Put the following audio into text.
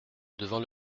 devant